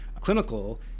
clinical